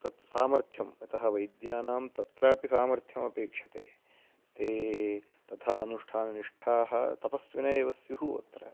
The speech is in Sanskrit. तत् सामर्थ्यं यतः वैद्यानां तत्रापि सामर्थ्यमपेक्षते ते तथा अनुष्ठाननिष्ठाः तपस्विनः एव स्युः अत्र